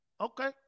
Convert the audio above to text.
Okay